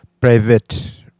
private